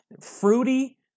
fruity